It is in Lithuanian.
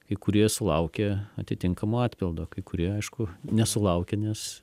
kai kurie sulaukė atitinkamo atpildo kai kurie aišku nesulaukė nes